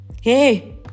Hey